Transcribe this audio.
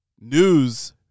news